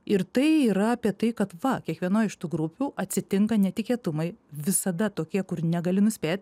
ir tai yra apie tai kad va kiekvienoj iš tų grupių atsitinka netikėtumai visada tokie kur negali nuspėt